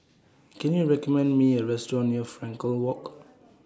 Can YOU recommend Me A Restaurant near Frankel Walk